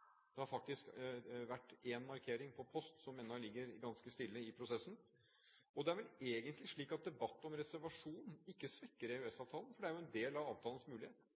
Det har faktisk vært én markering, på postdirektivet, som ennå ligger ganske stille i prosessen. Det er vel egentlig slik at debatten om reservasjon ikke svekker EØS-avtalen, for det er jo en del av avtalens mulighet.